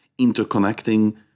interconnecting